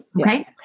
Okay